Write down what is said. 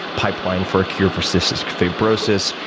pipeline for a cure for cystic fibrosis,